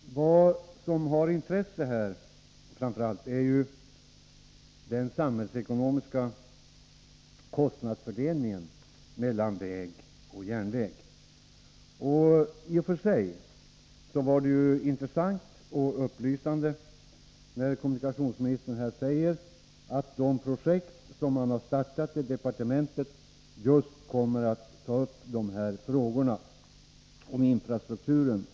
Herr talman! Det som framför allt är av intresse i det här sammanhanget är den samhällsekonomiska fördelningen av kostnaderna mellan väg och järnväg. Det var därför intressant och upplysande att man i de projekt kommunikationsministern nämnde och som man har startat i departementet kommer att behandla just frågorna om infrastrukturen.